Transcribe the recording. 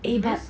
eh but